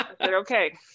okay